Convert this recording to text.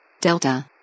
Delta